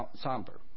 somber